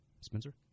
Spencer